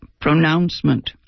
pronouncement